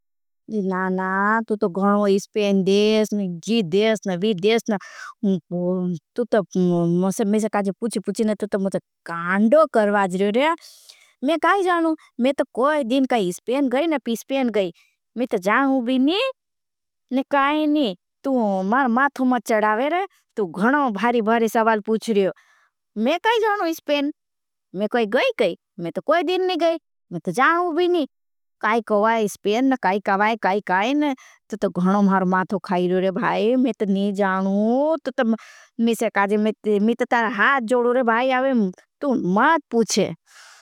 नाना, तू तो गणवाई इस्पेन देश न, जी देश न, वीदेश न। तू तो मैंसे काज़े पूछी पूछी न, तू तो मैंसे कांडो करवा जरूर है। मैं काई जानू, मैं तो कोई दिन काई इस्पेन गई न, पी इस्पेन गई। मैं तो जानू भी नी, ने काई नी, तू मार माथो में चड़ावे रहे, तू गणवाई भारी भारी सवाल पूछ रहे हो।